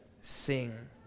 sing